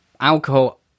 alcohol